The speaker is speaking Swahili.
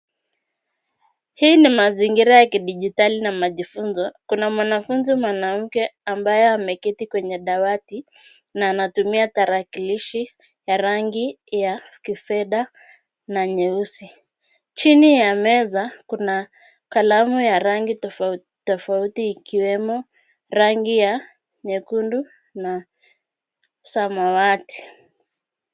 Hii ni mazingira ya kidijitali na majifunzo. Kuna mwanafunzi mwanamke ambaye ameketi kwenye dawati na anatumia tarakilishi ya rangi ya kifedha na nyeusi. Chini ya meza kuna kalamu ya rangi tofauti tofauti ikiwemo rangi ya nyekundu na samawati.